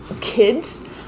kids